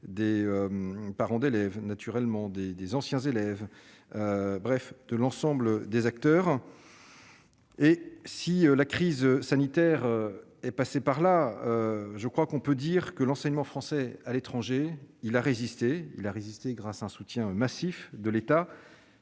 des parents d'élèves naturellement des des anciens élèves, bref de l'ensemble des acteurs et si la crise sanitaire est passée par là, je crois qu'on peut dire que l'enseignement français à l'étranger, il a résisté, il a résisté grâce à un soutien massif de l'État,